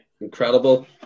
incredible